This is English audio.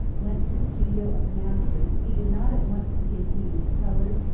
went to the studio of a master he did not at once begin to use colors,